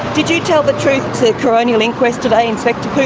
did you tell the truth to the coronial inquest today inspector